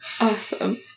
Awesome